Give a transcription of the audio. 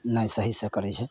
नै सही सँ करै छै